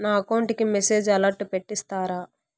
నా అకౌంట్ కి message alert పెట్టిస్తారా